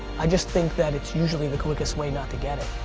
i just think that it's usually the quickest way not to get it.